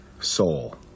soul